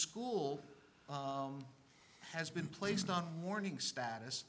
school has been placed on morning status